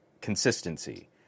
consistency